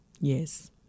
Yes